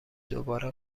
دوباره